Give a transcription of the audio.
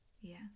yes